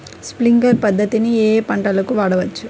Sprinkler పద్ధతిని ఏ ఏ పంటలకు వాడవచ్చు?